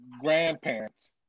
grandparents